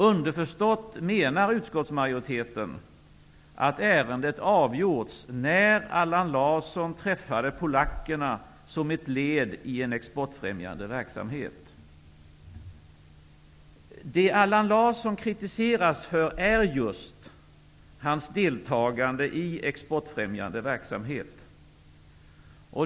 Underförstått menar utskottsmajoriteten att ärendet avgjorts när Allan Larsson träffade polackerna som ett led i en exportfrämjande verksamhet. Det Allan Larsson kritiseras för är just hans deltagande i exportfrämjande verksamhet.